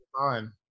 time